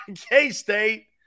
K-State